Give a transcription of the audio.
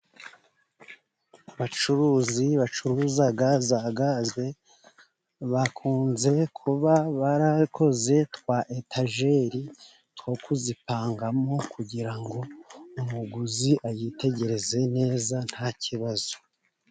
Abacuruzi bacuruza za gaze bakunze, kuba barakoze twa etajeri two kuzipangamo, kugira ngo umuguzi ayitegereze neza nta kibazo.